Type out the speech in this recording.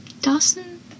Dawson